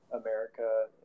America